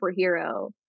superhero